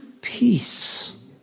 Peace